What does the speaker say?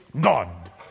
God